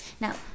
Now